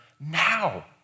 now